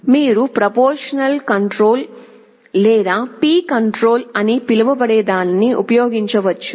మేము proportional control లేదా P control అని పిలువబడేదాన్ని ఉపయోగించవచ్చు